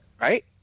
right